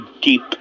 deep